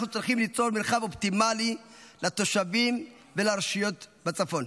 אנחנו צריכים ליצור מרחב אופטימלי לתושבים ולרשויות בצפון,